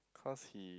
cause he